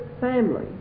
family